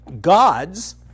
gods